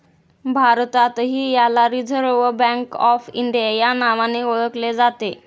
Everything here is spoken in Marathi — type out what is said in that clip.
भारतातही याला रिझर्व्ह बँक ऑफ इंडिया या नावाने ओळखले जाते